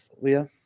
leah